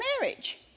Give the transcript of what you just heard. marriage